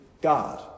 God